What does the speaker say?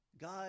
God